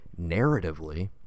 narratively